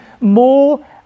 more